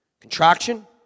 contraction